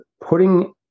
putting